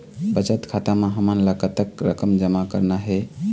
बचत खाता म हमन ला कतक रकम जमा करना हे?